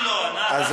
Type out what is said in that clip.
אל, לו, ענת.